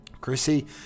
Chrissy